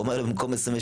הוא אומר לי: במקום 26,